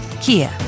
Kia